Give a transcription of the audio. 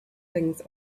things